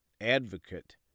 Advocate